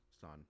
son